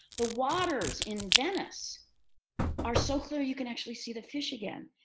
the waters in venice are so clear, you can actually see the fish again.